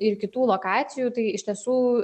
ir kitų lokacijų tai iš tiesų